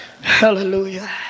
Hallelujah